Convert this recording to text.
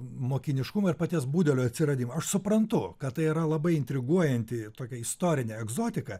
mokiniškumo ir paties budelio atsiradimo aš suprantu kad tai yra labai intriguojanti tokia istorinė egzotika